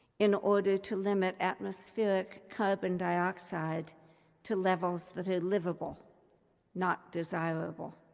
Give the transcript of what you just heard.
in order to limit atmospheric carbon dioxide to levels that are livable not desirable.